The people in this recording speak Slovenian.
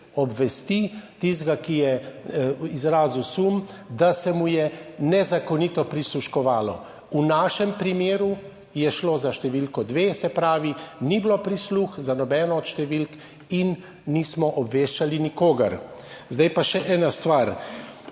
obvesti tistega, ki je izrazil sum, da se mu je nezakonito prisluškovalo. V našem primeru je šlo za številko dve, se pravi, ni bilo prisluh za nobeno od številk in nismo obveščali nikogar. Zdaj pa še ena stvar.